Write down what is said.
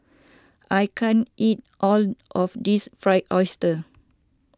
I can't eat all of this Fried Oyster